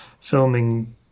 filming